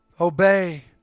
Obey